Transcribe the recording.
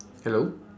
hello